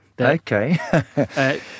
Okay